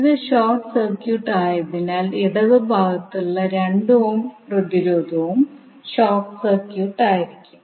ഇത് short circuit അതിനാൽ ഇടത് ഭാഗത്തുള്ള 2 ഓം പ്രതിരോധവും ഷോർട്ട് സർക്യൂട്ട് ആയിരിക്കും